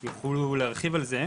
והם יוכלו להרחיב על זה,